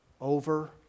over